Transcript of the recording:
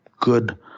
good